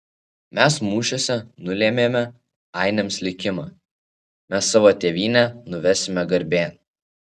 mes mūšiuose nulėmėme ainiams likimą mes savo tėvynę nuvesime garbėn